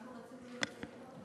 כולנו רצינו להיות אלי כהן.